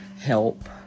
help